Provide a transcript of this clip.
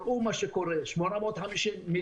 תראו מה שקורה: 850,